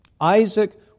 Isaac